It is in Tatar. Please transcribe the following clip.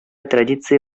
традиция